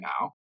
now